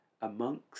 amongst